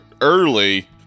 early